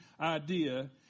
idea